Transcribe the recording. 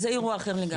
זה אירוע אחר לגמרי.